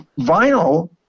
Vinyl